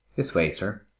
this way, sir.